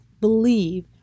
believe